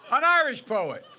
an irish poet.